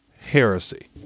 heresy